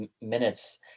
minutes